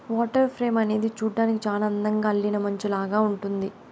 water frame అనేది చూడ్డానికి చానా అందంగా అల్లిన మంచాలాగా ఉంటుంది